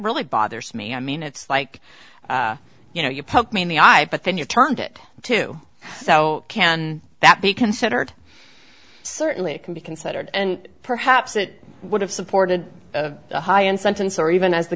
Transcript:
really bothers me i mean it's like you know you poke me in the eye but then you turned it to so can that be considered certainly it can be considered and perhaps it would have supported the high end sentence or even as the